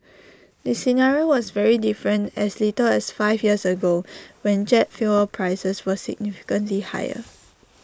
the scenario was very different as little as five years ago when jet fuel prices were significantly higher